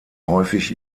häufig